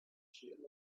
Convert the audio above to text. cheating